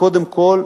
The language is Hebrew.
קודם כול,